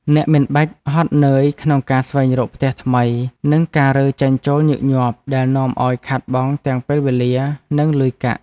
អ្នកមិនបាច់ហត់នឿយក្នុងការស្វែងរកផ្ទះថ្មីនិងការរើចេញចូលញឹកញាប់ដែលនាំឱ្យខាតបង់ទាំងពេលវេលានិងលុយកាក់។